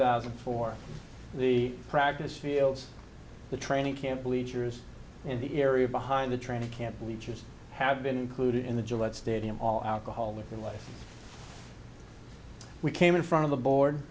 thousand for the practice fields the training camp leaders in the area behind the training camp bleachers have been included in the gillette stadium all alcoholic and life we came in front of the board